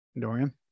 Dorian